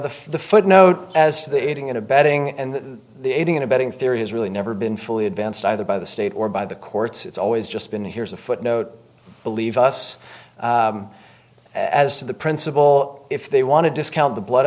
yeah the footnote as to the aiding and abetting and the aiding and abetting theory has really never been fully advanced either by the state or by the courts it's always just been here's a footnote believe us as to the principle if they want to discount the blood